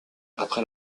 après